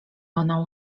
ona